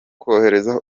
kohereza